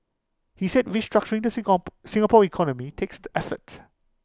he said restructuring the Singapore economy takes effort